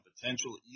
potential